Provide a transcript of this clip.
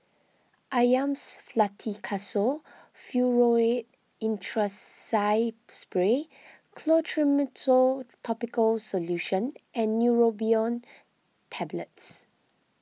Avamys Fluticasone Furoate Intranasal Spray Clotrimozole Topical Solution and Neurobion Tablets